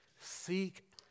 Seek